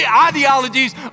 ideologies